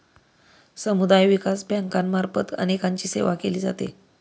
समुदाय विकास बँकांमार्फत अनेकांची सेवा केली जाते